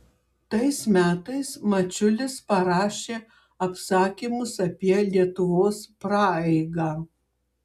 tais metais mačiulis parašė apsakymus apie lietuvos praeigą